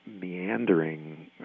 meandering